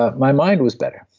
ah my mind was better.